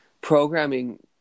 programming